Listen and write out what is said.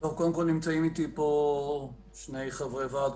נמצאים אתי פה שני חברי ועד,